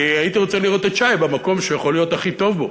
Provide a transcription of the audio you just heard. כי הייתי רוצה לראות את שי במקום שהוא יכול להיות הכי טוב בו.